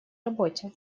работе